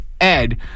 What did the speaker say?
Ed